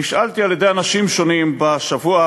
נשאלתי על-ידי אנשים שונים השבוע,